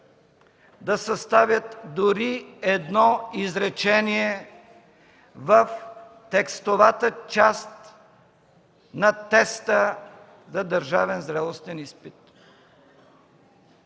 да съставят дори едно изречение в текстовата част на теста за държавен зрелостен изпит.